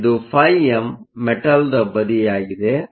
ಆದ್ದರಿಂದ ಇದು φm ಮೆಟಲ್ನ ಬದಿಯಾಗಿದೆ